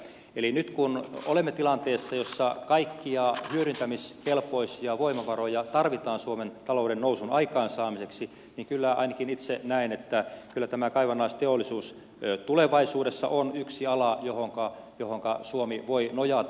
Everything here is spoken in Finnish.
eli nyt kun olemme tilanteessa jossa kaikkia hyödyntämiskelpoisia voimavaroja tarvitaan suomen talouden nousun aikaansaamiseksi niin kyllä ainakin itse näen että tämä kaivannaisteollisuus tulevaisuudessa on yksi ala johonka suomi voi nojata